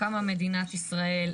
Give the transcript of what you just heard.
קמה מדינת ישראל,